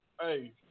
Hey